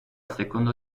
secondo